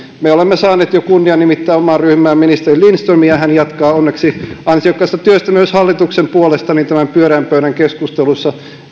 me olemme jo saaneet kunnian nimittää omassa ryhmässämme ministeri lindströmin ja hän jatkaa onneksi ansiokasta työtä myös hallituksen puolesta näissä pyöreän pöydän keskusteluissa